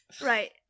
Right